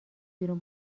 بیرون